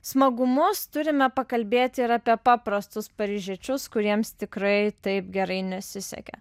smagumus turime pakalbėti ir apie paprastus paryžiečius kuriems tikrai taip gerai nesisekė